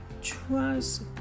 trust